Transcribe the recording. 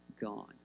gone